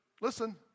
listen